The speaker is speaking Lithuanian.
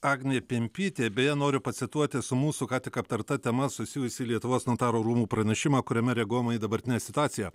agnė pimpytė beje noriu pacituoti su mūsų ką tik aptarta tema susijusį lietuvos notarų rūmų pranešimą kuriame reaguojama į dabartinę situaciją